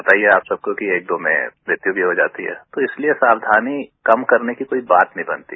पता ही है आप सबको कि एक दो में मृत्यू भी हो जाती है तो इसलिए साक्षानी कम करने की कोई बात नहीं बनती